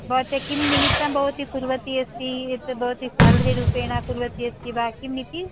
भवत्याः किं निमित्तं भवती कुर्वती अस्ति यत् भवती सेलरि रूपेण कुर्वती अस्ति वा किम् इति